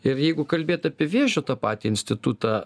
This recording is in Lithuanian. ir jeigu kalbėt apie vėžio tą patį institutą